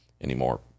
anymore